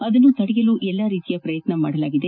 ಅದನ್ನು ತಡೆಯಲು ಎಲ್ಲಾ ರೀತಿಯ ಪ್ರಯತ್ನ ಮಾಡಲಾಗಿದೆ